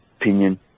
opinion